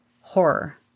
horror